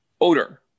odor